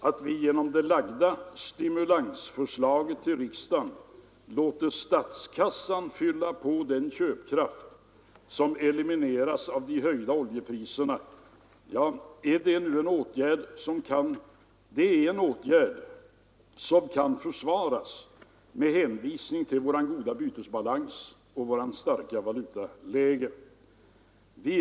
Att vi genom det lagda stimulansförslaget till riksdagen låter statskassan fylla på den köpkraft som elimineras av de höjda oljepriserna är en åtgärd som kan försvaras med hänvisning till vår goda bytesbalans och vårt starka valutaläge.